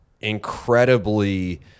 incredibly